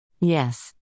Yes